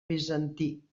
bizantí